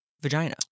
vagina